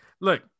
Look